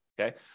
Okay